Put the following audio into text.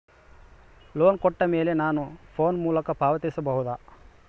Loan ಕೊಟ್ಟ ಮೇಲೆ ನಾನು ಫೋನ್ ಮೂಲಕ ಪಾವತಿಸಬಹುದಾ?